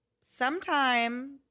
sometime